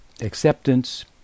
acceptance